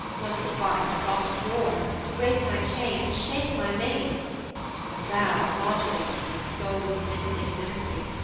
once or twice i thought to roar, to break my chain, to shake my mane but thou, modulate me, soul of mincing mimicry!